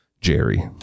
Jerry